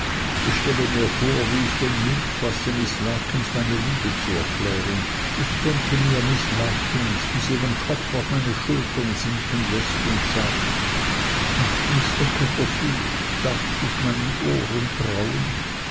ich stelle mir vor wie ich den mut fasse miß larkins meine liebe zu erklären ich denke mir miß larkins wie sie den kopf auf meine schultern sinken läßt und sagt ach mr copperfield darf ich meinen ohren trauen